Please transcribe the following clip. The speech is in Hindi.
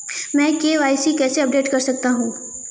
मैं के.वाई.सी कैसे अपडेट कर सकता हूं?